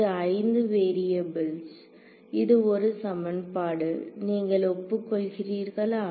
இது 5 வேரியபுள்ஸ்ல் இது ஒரு சமன்பாடு நீங்கள் ஒப்புக் கொள்கிறீர்களா